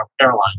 Caroline